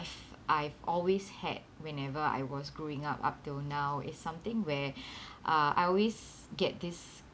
I've always had whenever I was growing up up till now is something where uh I always get this